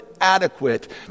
adequate